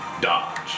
Dodge